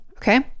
Okay